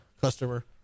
customer